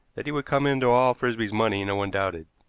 that he would come into all frisby's money no one doubted.